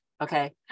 okay